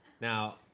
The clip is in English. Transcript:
Now